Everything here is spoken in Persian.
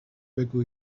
بگو